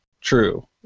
true